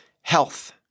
health